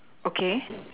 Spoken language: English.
okay